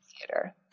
theater